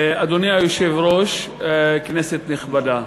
אדוני היושב-ראש, כנסת נכבדה,